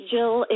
Jill